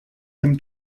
him